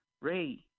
Ray